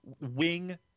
wing